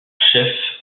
chef